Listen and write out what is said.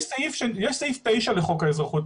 יש סעיף 9 לחוק האזרחות.